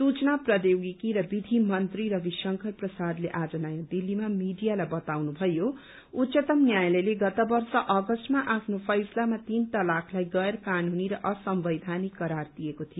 सूचना प्रौद्योगिकी र विधि मन्त्री रविशंकर प्रसादले आज नयाँ दिल्लीमा मीडियालाई बताउनु भयो उच्चतम न्यायालयले गत वर्ष अगस्तमा आफ्नो फैसलामा तीन तलाकलाई गैर कानूनी र असंवैधानिक घोषित गरेको थियो